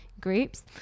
groups